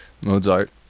Mozart